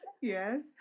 Yes